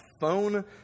phone